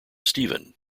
stephen